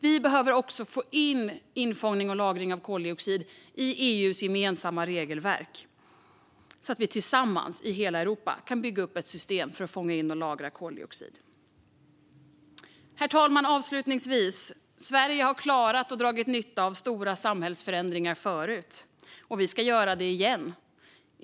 Vi behöver också få in infångning och lagring av koldioxid i EU:s gemensamma regelverk så att hela Europa tillsammans kan bygga upp ett system för att fånga in och lagra koldioxid. Herr talman! Vi i Sverige har klarat och dragit nytta av stora samhällsförändringar förut, och vi ska göra det igen.